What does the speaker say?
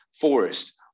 forest